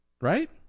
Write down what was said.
right